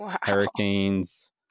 hurricanes